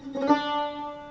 now